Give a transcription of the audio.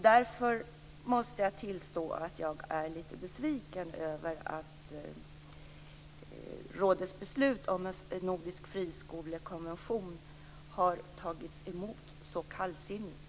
Därför måste jag tillstå att jag är lite besviken över att rådets beslut om en nordisk friskolekonvention har tagits emot så kallsinnigt.